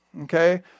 okay